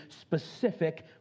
specific